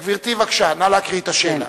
גברתי, בבקשה, נא להקריא את השאלה.